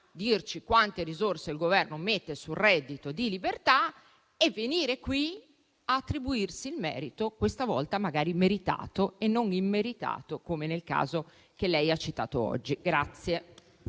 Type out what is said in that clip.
dirci quante risorse il Governo mette sul reddito di libertà e verrà qui ad attribuirsi il merito, questa volta meritato e non immeritato come nel caso che lei ha citato oggi.